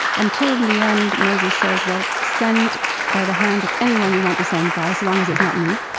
until in the end, moses says, well, send by the hand of anyone you want to send by, so long as it's not me